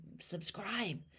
subscribe